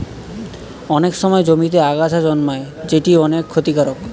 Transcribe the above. অনেক সময় জমিতে আগাছা জন্মায় যেটি অনেক ক্ষতিকারক